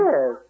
Yes